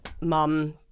mum